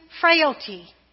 frailty